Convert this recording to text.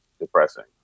depressing